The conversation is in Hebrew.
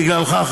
בגללך,